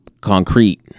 Concrete